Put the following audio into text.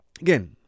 again